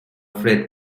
fred